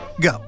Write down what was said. Go